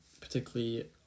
particularly